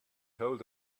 hold